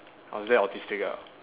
I was very autistic ah